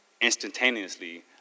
Instantaneously